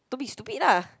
don't be stupid lah